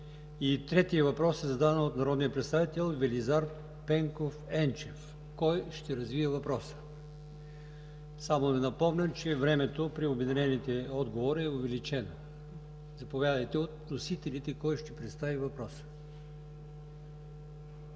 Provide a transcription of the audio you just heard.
третият въпрос е зададен от народния представител Велизар Пенков Енчев. Кой ще развие въпроса? Само Ви припомням, че времето при обединените отговори е увеличено. От вносителите, кой ще представи въпроса?